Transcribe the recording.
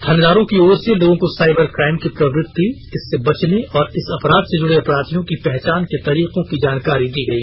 थानेदारों की ओर से लोगों को साइबर क्राइम की प्रवृति इससे बचने और इस अपराध से जुड़े अपराधियों की पहचान के तरीकों की जानकारी दी गई